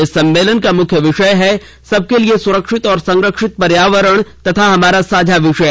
इस सम्मेलन का मुख्य विषय है सबके लिए सुरक्षित और संरक्षित पर्यावरण तथा हमारा साझा भविष्य